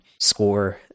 score